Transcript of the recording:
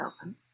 open